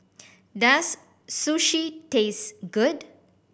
does Sushi taste good